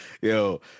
Yo